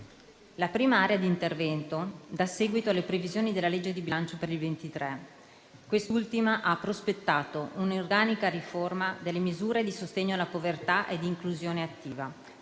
La prima area di intervento dà seguito alle previsioni della legge di bilancio per il 2023. Quest'ultima ha prospettato un'organica riforma delle misure di sostegno alla povertà e di inclusione attiva,